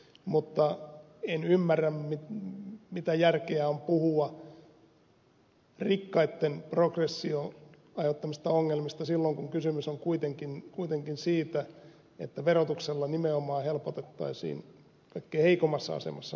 mutta en ymmärrä mitä järkeä on puhua rikkaitten verotuksen progression aiheuttamista ongelmista silloin kun kysymys on kuitenkin siitä että verotuksella nimenomaan helpotettaisiin kaikkein heikommassa asemassa olevien asemaa